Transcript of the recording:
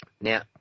Now